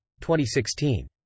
2016